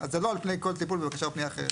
אז זה לא על פני כל טיפול בבקשה או פנייה אחרת.